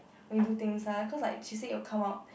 when you do things ah cause she like she say it will come out